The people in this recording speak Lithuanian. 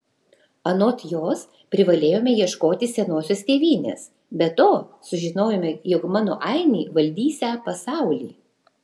anot jos privalėjome ieškoti senosios tėvynės be to sužinojome jog mano ainiai valdysią pasaulį